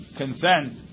consent